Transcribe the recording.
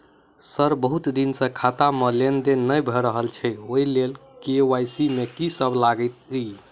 Sir बहुत दिन सऽ खाता मे लेनदेन नै भऽ रहल छैय ओई लेल के.वाई.सी मे की सब लागति ई?